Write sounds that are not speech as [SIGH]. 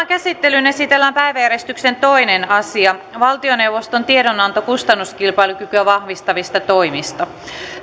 [UNINTELLIGIBLE] käsittelyyn esitellään päiväjärjestyksen toinen asia valtioneuvoston tiedonanto kustannuskilpailukykyä vahvistavista toimista